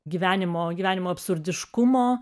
gyvenimo gyvenimo absurdiškumo